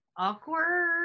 Awkward